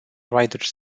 riders